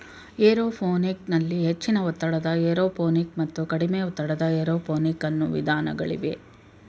aeroponic ನಲ್ಲಿ ಹೆಚ್ಚಿನ ಒತ್ತಡದ ಏರೋಪೋನಿಕ್ ಮತ್ತು ಕಡಿಮೆ ಒತ್ತಡದ ಏರೋಪೋನಿಕ್ ಅನ್ನೂ ವಿಧಾನಗಳಿವೆ